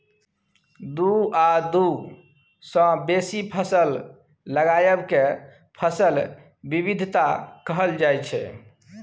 दु आ दु सँ बेसी फसल लगाएब केँ फसल बिबिधता कहल जाइ छै